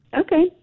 Okay